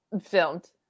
filmed